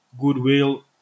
goodwill